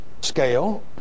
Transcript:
scale